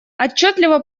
отчетливо